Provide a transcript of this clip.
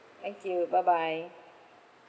thank you bye bye